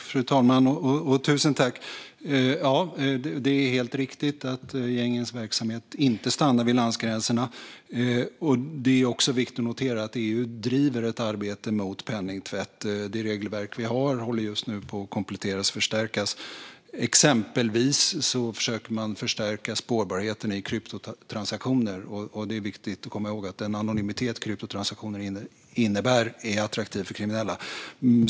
Fru talman! Det är helt riktigt att gängens verksamhet inte stannar vid landsgränser. Det är också viktigt att notera att EU driver ett arbete mot penningtvätt. Det regelverk vi har håller just nu på att kompletteras och förstärkas; exempelvis försöker man förstärka spårbarheten i kryptotransaktioner. Det är viktigt att komma ihåg att den anonymitet som kryptotransaktioner innebär är attraktiv för kriminella.